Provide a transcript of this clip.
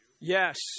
Yes